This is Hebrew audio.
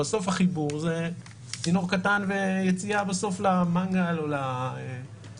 בסוף החיבור זה צינור קטן ויציאה עד הסוף למנגל או לשווארמה,